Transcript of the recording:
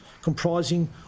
comprising